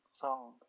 song